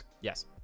Yes